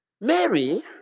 Mary